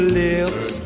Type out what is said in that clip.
lips